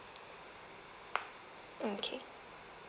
okay